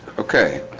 okay